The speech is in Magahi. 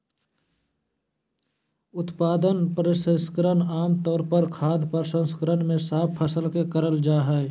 उत्पाद प्रसंस्करण आम तौर पर खाद्य प्रसंस्करण मे साफ फसल के करल जा हई